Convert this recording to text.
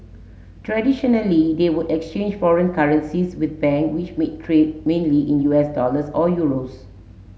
traditionally they would exchange foreign currencies with bank which may trade mainly in U S dollars or euros